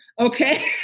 Okay